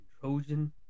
Trojan